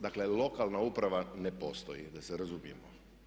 Dakle, lokalna uprava ne postoji, da se razumijemo.